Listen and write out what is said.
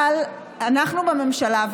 אבל אנחנו בממשלה,